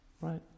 right